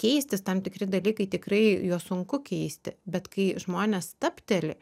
keistis tam tikri dalykai tikrai juos sunku keisti bet kai žmonės stabteli